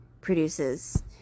produces